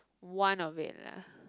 one of it lah